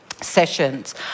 sessions